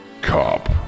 Cop